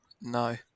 No